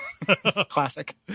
Classic